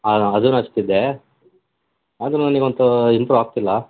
ಹಾಂ ಅದನ್ನ ಹಚ್ತಿದ್ದೇ ಆದ್ರೂ ನನಗೆ ಅದು ಇಂಪ್ರೂ ಆಗ್ತಿಲ್ಲ